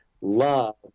love